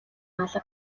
алга